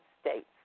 States